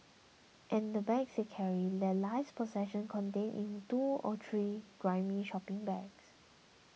and the bags they carry their life's possessions contained in two or three grimy shopping bags